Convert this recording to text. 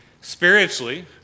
Spiritually